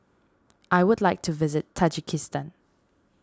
I would like to visit Tajikistan